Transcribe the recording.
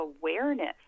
awareness